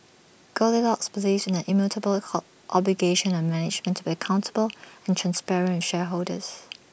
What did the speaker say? goldilocks believes in the immutable obligation on management to be accountable and transparent with shareholders